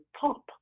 top